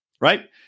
right